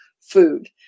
food